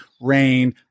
rain